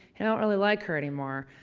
and i don't really like her anymore.